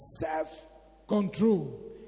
self-control